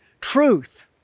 truth